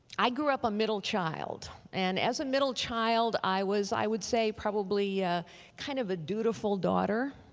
i grew up a middle child and as a middle child i was, i would say, probably kind of a dutiful daughter.